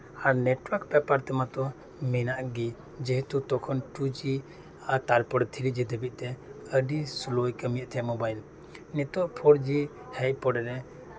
ᱟᱨ network ᱵᱮᱯᱟᱨ ᱛᱮᱢᱟ ᱛᱚ ᱢᱮᱱᱟᱜ ᱜᱮ ᱡᱮᱦᱮᱛᱩ ᱛᱚᱠᱷᱚᱱ ᱴᱩ ᱡᱤ ᱛᱟᱨᱯᱚᱨ ᱛᱷᱨᱤ ᱡᱤ ᱛᱮ ᱟᱹᱰᱤ ᱥᱳᱞᱳᱭ ᱠᱟᱹᱢᱤᱭᱮᱫ ᱛᱟᱦᱮᱱ ᱢᱳᱵᱟᱭᱤᱞ ᱱᱤᱛᱚᱜ ᱯᱷᱳᱨ ᱡᱤ ᱦᱮᱡ ᱯᱚᱨᱮ ᱨᱮ